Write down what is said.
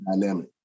dynamic